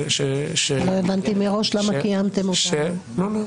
לא הבנתי מראש למה קיימתם את הישיבה.